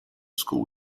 school